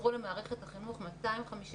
חסרו למערכת החינוך 250 מנהלים.